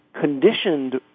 conditioned